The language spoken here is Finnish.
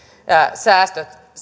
säästöt